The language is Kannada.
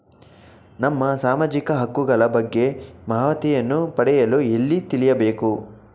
ನಮ್ಮ ಸಾಮಾಜಿಕ ಹಕ್ಕುಗಳ ಬಗ್ಗೆ ಮಾಹಿತಿಯನ್ನು ಪಡೆಯಲು ಎಲ್ಲಿ ತಿಳಿಯಬೇಕು?